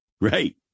Right